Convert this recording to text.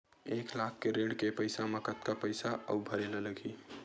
एक लाख के ऋण के पईसा म कतका पईसा आऊ भरे ला लगही?